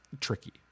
tricky